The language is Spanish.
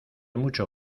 mucho